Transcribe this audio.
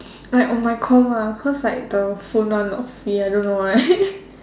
like on my call lah cause like the phone one not free I don't know why